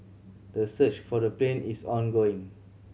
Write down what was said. the search for the plane is ongoing